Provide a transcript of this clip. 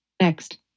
Next